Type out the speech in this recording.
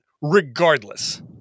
regardless